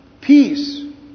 peace